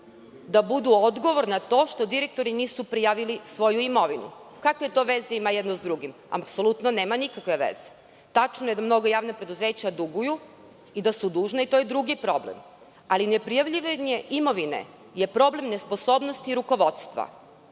da budu odgovorno za to što direktori nisu prijavili svoju imovinu. Kakve to veze ima jedno sa drugim? Apsolutno nema nikakve veze. Tačno je da mnoga javna preduzeća duguju i da su dužna, to je drugi problem, ali neprijavljivanje imovine je problem nesposobnosti rukovodstva